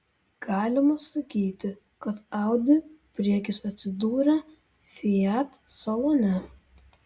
galima sakyti kad audi priekis atsidūrė fiat salone